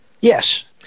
Yes